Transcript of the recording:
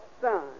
son